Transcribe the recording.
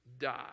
die